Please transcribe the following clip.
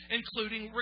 including